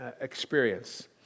experience